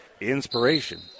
inspiration